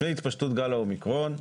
לפני התפשטות גל האומיקרון,